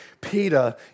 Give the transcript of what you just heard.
Peter